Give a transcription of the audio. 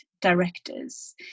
directors